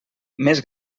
més